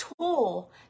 tool